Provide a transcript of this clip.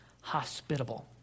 hospitable